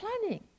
planning